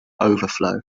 overflow